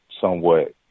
somewhat